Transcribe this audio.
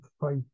fight